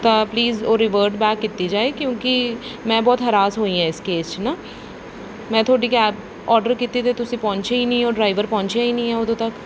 ਤਾਂ ਪਲੀਜ਼ ਉਹ reverted back ਕੀਤੀ ਜਾਏ ਕਿਉਂਕਿ ਮੈਂ ਬਹੁਤ ਹੈਰਾਸ ਹੋਈ ਆ ਇਸ ਕੇਸ 'ਚ ਨਾ ਮੈਂ ਤੁਹਾਡੀ ਕੈਬ ਔਡਰ ਕੀਤੀ ਅਤੇ ਤੁਸੀਂ ਪਹੁੰਚੇ ਹੀ ਨਹੀਂ ਉਹ ਡਰਾਈਵਰ ਪਹੁੰਚਿਆ ਹੀ ਨਹੀਂ ਉਦੋਂ ਤੱਕ